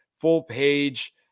full-page